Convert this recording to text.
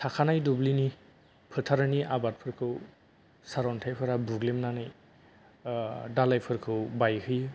थाखानाय दुब्लिनि फोथारनि आबादफोरखौ सारअन्थाइफोरा बुग्लिनानै ओ दालाइफोरखौ बायहोयो